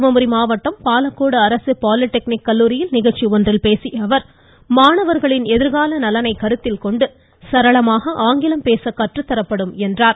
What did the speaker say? தர்மபுரி மாவட்டம் பாலக்கோடு அரசு பாலிடெக்னிக் கல்லூரியில் நிகழ்ச்சி ஒன்றில் பேசிய அவர் மாணவர்களின் எதிர்கால நலனைக் கருத்தில் கொண்டு சரளமாக ஆங்கிலம் பேச கற்றுத்தரப்படும் என்றார்